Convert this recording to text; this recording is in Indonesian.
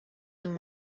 yang